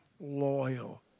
loyal